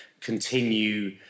continue